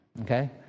Okay